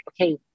okay